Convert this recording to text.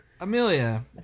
Amelia